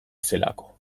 zelako